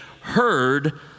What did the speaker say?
heard